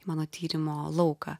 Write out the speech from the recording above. mano tyrimo lauką